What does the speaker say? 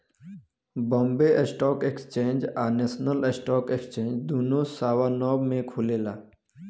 Bombay stock exchange आ national stock exchange दुनो सवा नौ में खुलेला